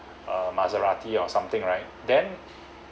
a Maserati or something right then